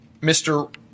Mr